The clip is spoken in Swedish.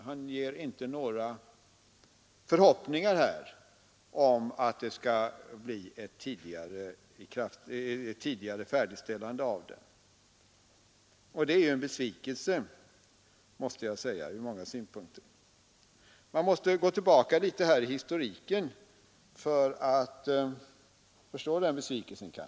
Han ger inte några förhoppningar om att det skall bli ett tidigare färdigställande, och det är en besvikelse, måste jag säga, ur många synpunkter. Man måste gå tillbaka litet i historiken för att förstå den besvikelsen.